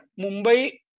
Mumbai